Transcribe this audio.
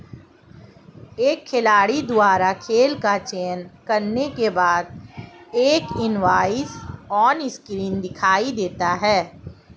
एक खिलाड़ी द्वारा खेल का चयन करने के बाद, एक इनवॉइस ऑनस्क्रीन दिखाई देता है